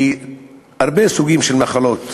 להרבה סוגים של מחלות.